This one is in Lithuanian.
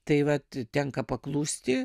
tai vat tenka paklusti